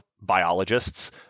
biologists